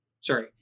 Sorry